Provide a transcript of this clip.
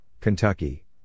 Kentucky